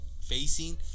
facing